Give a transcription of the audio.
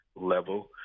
level